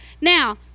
Now